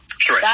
Sure